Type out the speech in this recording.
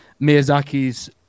Miyazaki's